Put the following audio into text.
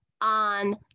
on